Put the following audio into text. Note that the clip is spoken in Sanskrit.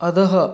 अधः